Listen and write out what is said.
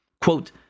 Quote